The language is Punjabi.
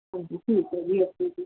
ਹਾਂਜੀ ਠੀਕ ਹੈ ਜੀ ਓਕੇ ਜੀ